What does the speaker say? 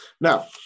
Now